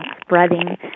spreading